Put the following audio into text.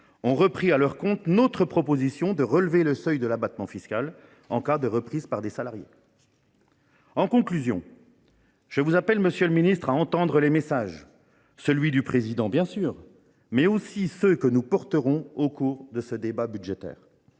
ont repris à leur compte notre proposition de relever le seuil de l’abattement fiscal en cas de reprise par des salariés. En conclusion, je vous appelle, monsieur le ministre, à entendre les messages : celui du Président de la République, bien sûr, mais aussi ceux que nous porterons au cours de ce débat budgétaire.